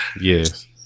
Yes